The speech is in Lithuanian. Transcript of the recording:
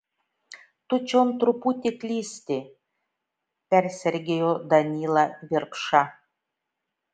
tu čion truputį klysti persergėjo danylą virpša